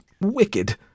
wicked